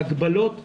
להגבלות ולהקלות.